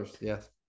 yes